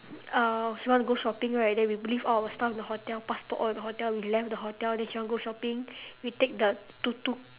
uh she want to go shopping right then we leave all our stuff in the hotel passport all in the hotel we left the hotel then she want to go shopping we take the tuk tuk